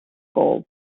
goals